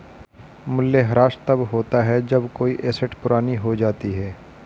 मूल्यह्रास तब होता है जब कोई एसेट पुरानी हो जाती है